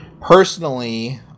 Personally